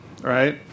right